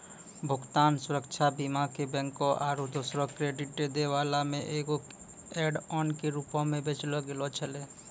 भुगतान सुरक्षा बीमा के बैंको आरु दोसरो क्रेडिट दै बाला मे एगो ऐड ऑन के रूपो मे बेचलो गैलो छलै